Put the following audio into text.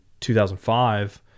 2005